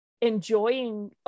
enjoying